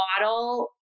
model